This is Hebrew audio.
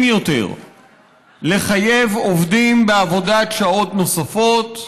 יותר לחייב עובדים בעבודת שעות נוספות.